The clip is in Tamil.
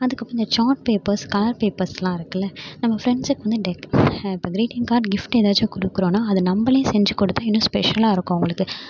அதுக்கப்புறம் இந்த சார்ட் பேப்பர்ஸ் கலர் பேப்பர்ஸெலாம் இருக்குதுல நம்ம பிரென்ட்ஸ்க்கு வந்து இப்போ கிரீட்டிங் கார்ட் கிஃப்ட் ஏதாச்சும் கொடுக்குறோன்னா அதை நம்மளே செஞ்சு கொடுத்து இன்னும் ஸ்பெஷலாக இருக்கும் அவங்களுக்கு